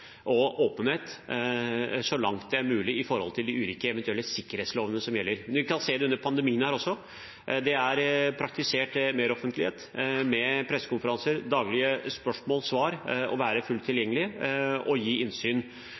og åpenhet så langt det er mulig i forhold til de ulike eventuelle sikkerhetslovene som gjelder. Vi kan se det under denne pandemien også. Det er praktisert meroffentlighet, med pressekonferanser, daglige spørsmål og svar, å være fullt tilgjengelig og gi innsyn.